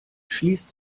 schließt